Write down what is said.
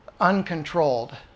uncontrolled